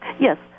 Yes